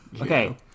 Okay